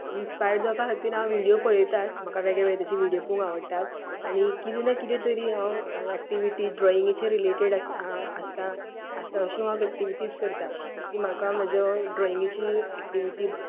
inspired जावपा खातीर हांव विडियो पळयतांच म्हाका वेगळे वेगळे तरेचे विडियो पोवूंक आवडटात कितें ना कितें तरी हांव एक्टीविटी ड्रॉिंगेचे रिलेटीड आसता अशो हांव एक्टीविटीज करता की म्हाका म्हाजो ड्रॉइंगेची एक्टिवीटी